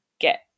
get